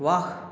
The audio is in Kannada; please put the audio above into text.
ವಾಹ್